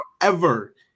forever